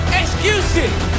excuses